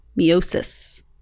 meiosis